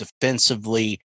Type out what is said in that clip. defensively